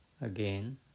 again